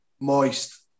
Moist